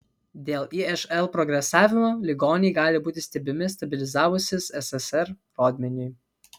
dėl išl progresavimo ligoniai gali būti stebimi stabilizavusis ssr rodmeniui